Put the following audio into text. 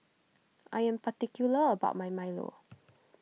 I am particular about my Milo